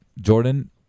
Jordan